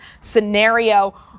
scenario